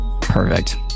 Perfect